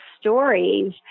stories